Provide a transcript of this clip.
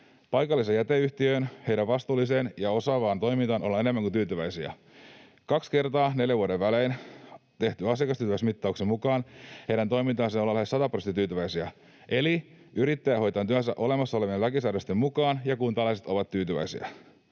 Paikalliseen jäteyhtiöön, heidän vastuulliseen ja osaavaan toimintaansa, ollaan enemmän kuin tyytyväisiä. Kaksi kertaa neljän vuoden välein tehdyn asiakastyytyväisyysmittauksen mukaan heidän toimintaansa ollaan lähes sataprosenttisesti tyytyväisiä. Eli yrittäjä hoitaa työnsä olemassa olevien lakisäädösten mukaan, ja kuntalaiset ovat tyytyväisiä.